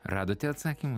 radote atsakymą